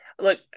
Look